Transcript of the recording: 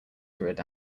through